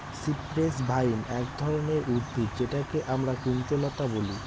cypress vine এক ধরনের উদ্ভিদ যেটাকে আমরা কুঞ্জলতা বলি